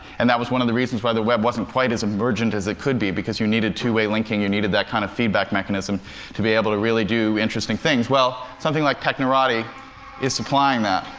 and that was one of the reasons why the web wasn't quite as emergent as it could be because you needed two-way linking, you needed that kind of feedback mechanism to be able to really do interesting things. well, something like technorati is supplying that.